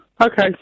Okay